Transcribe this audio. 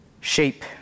shape